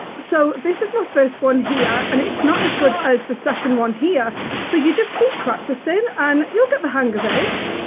so this is my first one here and it's not as good as the second one here so you just keep practicing and um you'll get the hang of it.